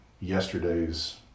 yesterday's